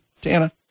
Tana